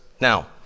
Now